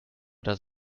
does